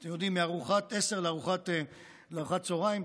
אתם יודעים, מארוחת 10:00 לארוחת הצוהריים.